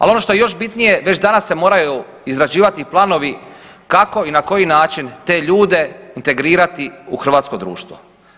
Ali, ono što je još bitnije, već danas se moraju izrađivati planovi kako i na koji način te ljude integrirati u hrvatsko društvo.